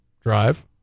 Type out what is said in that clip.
drive